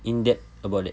in depth about it